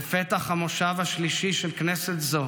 בפתח המושב השלישי של כנסת זו